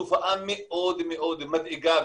תופעה מאוד מאוד מדאיגה,